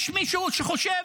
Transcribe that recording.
יש מישהו שחושב: